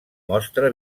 mostra